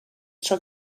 tro